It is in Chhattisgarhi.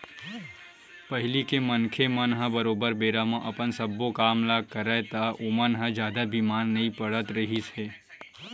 पहिली के मनखे मन ह बरोबर बेरा म अपन सब्बो काम ल करय ता ओमन ह जादा बीमार नइ पड़त रिहिस हे